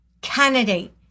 candidate